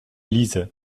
lisais